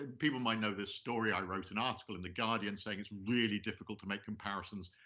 ah people might know this story. i wrote an article in the guardian saying it's really difficult to make comparisons.